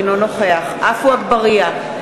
אינו נוכח עפו אגבאריה,